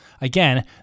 Again